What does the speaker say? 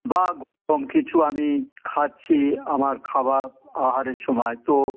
বা গরম কিছু আমি খাচ্ছি আমার খাবার আহারের সময় তো